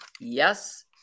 Yes